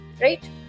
Right